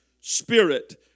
Spirit